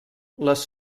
les